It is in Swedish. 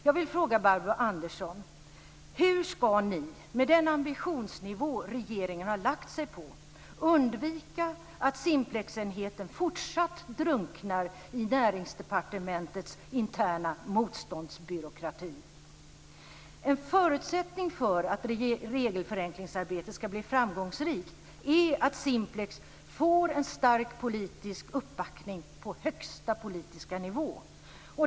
Jag vill fråga Barbro Andersson Öhrn: Hur ska ni, med den ambitionsnivå regeringen har lagt sig på, undvika att Simplexenheten fortsatt drunknar i Näringsdepartementets interna motståndsbyråkrati? En förutsättning för att regelförenklingsarbetet ska bli framgångsrikt är att Simplex får en stark politisk uppbackning på högsta politiska nivå.